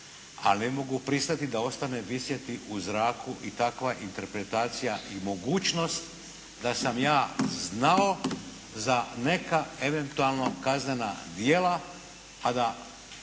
a ne mogu pristati da ostane visjeti u zraku i takva interpretacija i mogućnost da sam ja znao za neka eventualna kaznena djela